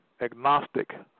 agnostic